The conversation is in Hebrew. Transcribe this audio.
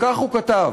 כך הוא כתב: